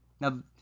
now